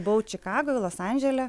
buvau čikagoj los andžele